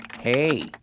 Hey